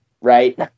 right